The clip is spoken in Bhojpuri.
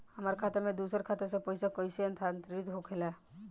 हमार खाता में दूसर खाता से पइसा कइसे स्थानांतरित होखे ला?